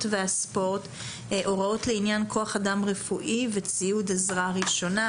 והספורט הוראות לעניין כוח אדם רפואי וציוד עזרה ראשונה,